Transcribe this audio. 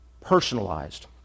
Personalized